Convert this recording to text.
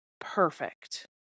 perfect